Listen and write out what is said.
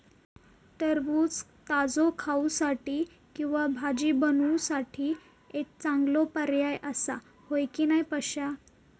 टरबूज ताजो खाऊसाठी किंवा भाजी बनवूसाठी एक चांगलो पर्याय आसा, होय की नाय पश्या?